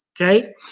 okay